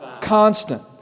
Constant